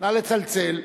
נא לצלצל.